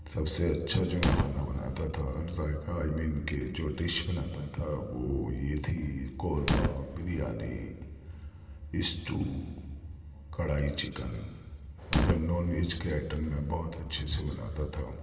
سب سے اچھا جو میں کھانا بناتا تھا ذائقہ آئی مین کہ جو ڈش بناتا تھا وہ یہ تھی قورمہ بریانی اسٹو کڑھائی چکن مطلب نان ویج کے آئٹم میں بہت اچھے سے بناتا تھا